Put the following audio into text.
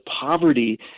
poverty